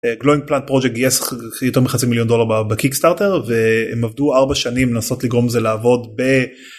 גלוינד פלאנד פרויקט גייס יותר מחצי מיליון דולר בקיק סטארטר והם עבדו ארבע שנים לנסות לגרום זה לעבוד ב...